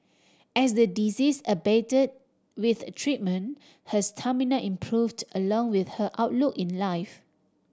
as the disease abate with treatment her stamina improved along with her outlook in life